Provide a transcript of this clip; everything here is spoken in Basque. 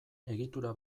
egitura